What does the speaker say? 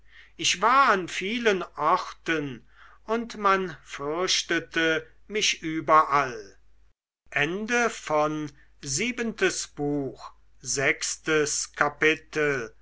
ich war an vielen orten und man fürchtete mich überall